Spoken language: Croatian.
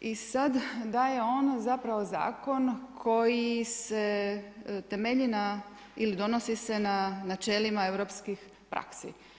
i sad da je on zapravo zakon koji se temelji ili donosi se na načelima europskih praksi.